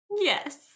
Yes